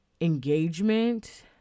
engagement